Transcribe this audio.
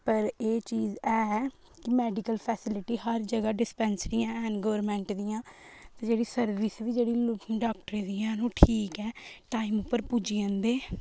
पर एह् चीज़ ऐ की मेडिकल फैसिलिटीज़ हर जगहा डिस्पेंसरियां है'न गौरमेंट दियां ते जेह्ड़ी सर्विस बी जेह्ड़ी डाक्टर बी है'न ठीक ऐ टाईम पर पुज्जी जंदे